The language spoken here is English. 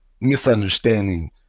misunderstanding